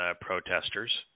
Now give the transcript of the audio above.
protesters